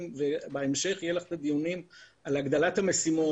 בהמשך יהיו לך פה דיונים על הגדלת המשימות.